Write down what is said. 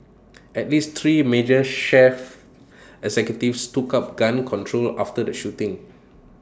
at least three major chief executives took up gun control after the shooting